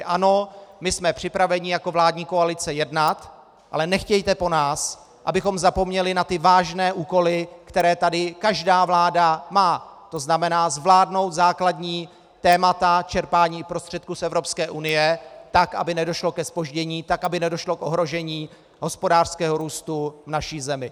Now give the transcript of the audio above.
Ano, my jsme připraveni jako vládní koalice jednat, ale nechtějte po nás, abychom zapomněli na ty vážné úkoly, které tady každá vláda má, to znamená zvládnout základní témata čerpání prostředků z Evropské unie tak, aby nedošlo ke zpoždění, tak, aby nedošlo k ohrožení hospodářského růstu v naší zemi.